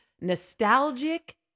nostalgic